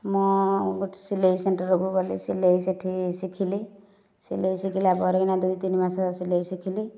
ମୁଁ ଗୋଟେ ସିଲେଇ ସେଣ୍ଟରକୁ ଗଲି ସିଲେଇ ସେଠି ଶିଖିଲି ସିଲେଇ ଶିଖିଲା ପରେ ଏଇନା ଦୁଇ ତିନି ମାସ ସିଲେଇ ଶିଖିଲି